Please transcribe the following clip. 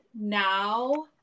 now